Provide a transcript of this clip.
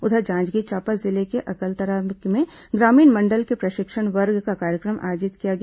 उधर जांजगीर चांपा जिले के अकलतरा में ग्रामीण मंडल के प्रशिक्षण वर्ग का कार्यक्रम आयोजित किया गया